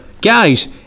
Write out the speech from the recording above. guys